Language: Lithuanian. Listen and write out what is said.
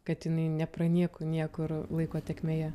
kad jinai nepranyko niekur laiko tėkmėje